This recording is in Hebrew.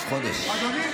סליחה,